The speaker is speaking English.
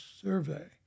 Survey